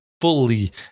fully